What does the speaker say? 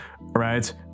right